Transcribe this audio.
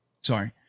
Sorry